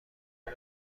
این